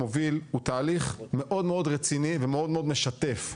מוביל הוא תהליך מאוד מאוד רציני ומאוד מאוד משתף.